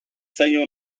zaion